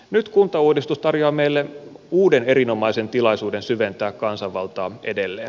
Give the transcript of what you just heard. nyt kuntauudistus tarjoaa meille uuden erinomaisen tilaisuuden syventää kansanvaltaa edelleen